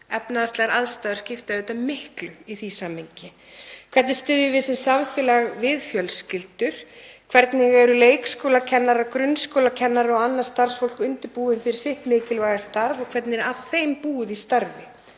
Efnahagslegar aðstæður skipta miklu í því samhengi. Hvernig styðjum við sem samfélag við fjölskyldur? Hvernig eru leikskólakennarar, grunnskólakennarar og annað starfsfólk undirbúið fyrir sitt mikilvæga starf og hvernig er að þeim búið í starfi?